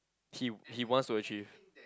he he wants to achieve